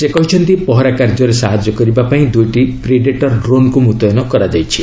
ସେ କହିଛନ୍ତି ପହରା କାର୍ଯ୍ୟରେ ସାହାଯ୍ୟ କରିବା ପାଇଁ ଦୁଇଟି ପ୍ରିଡେଟର ଡ୍ରୋନ୍କୁ ମୁତୟନ କରାଯାଇଛି